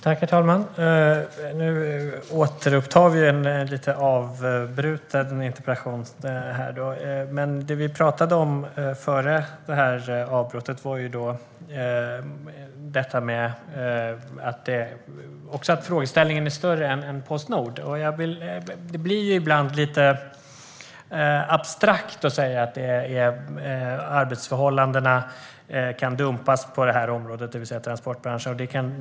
Svar på interpellationer Herr talman! Nu återupptar vi en avbruten interpellationsdebatt. Det vi pratade om före uppehållet var att frågeställningen är större än Postnord. Det blir ibland lite abstrakt när man säger att arbetsförhållandena kan dumpas i transportbranschen.